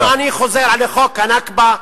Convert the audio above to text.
אם אני חוזר לחוק ה"נכבה",